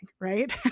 right